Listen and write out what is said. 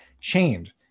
Chained